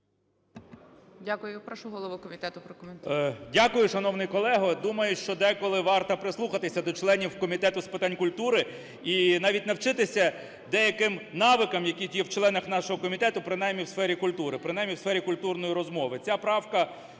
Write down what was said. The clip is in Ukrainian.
Дякую. Прошу голову комітету прокоментуйте.